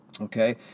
Okay